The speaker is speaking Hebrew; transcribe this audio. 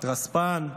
רספ"ן,